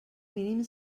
mínim